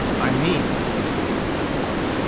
i mean, proceeded mrs. phillips,